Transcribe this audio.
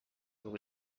kui